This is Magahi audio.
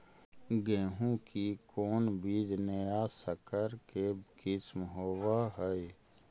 गेहू की कोन बीज नया सकर के किस्म होब हय?